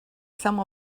some